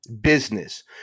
business